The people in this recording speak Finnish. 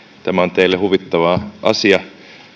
tämä on teille huvittava asia